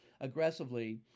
aggressively